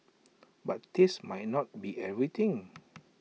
but taste might not be everything